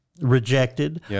rejected